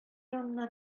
янына